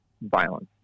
violence